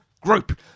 group